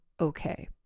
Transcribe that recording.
okay